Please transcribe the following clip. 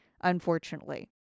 unfortunately